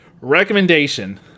recommendation